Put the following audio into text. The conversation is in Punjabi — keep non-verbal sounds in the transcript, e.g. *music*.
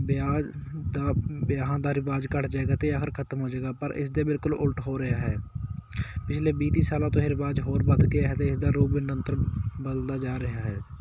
ਵਿਆਹ ਦਾ ਵਿਆਹਾਂ ਦਾ ਰਿਵਾਜ਼ ਘੱਟ ਜਾਵੇਗਾ ਤਿਉਹਾਰ ਖਤਮ ਹੋ ਜਾਵੇਗਾ ਪਰ ਇਸ ਦੇ ਬਿਲਕੁਲ ਉਲਟ ਹੋ ਰਿਹਾ ਹੈ ਪਿਛਲੇ ਵੀਹ ਤੀਹ ਸਾਲਾਂ ਤੋਂ ਇਹ ਰਿਵਾਜ਼ ਹੋਰ ਵੱਧ ਗਿਆ ਹੈ ਅਤੇ ਇਸਦਾ *unintelligible* ਬਦਲਦਾ ਜਾ ਰਿਹਾ ਹੈ